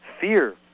Fear